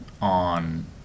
on